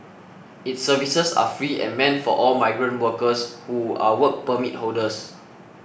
its services are free and meant for all migrant workers who are Work Permit holders